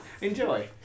Enjoy